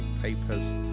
papers